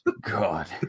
God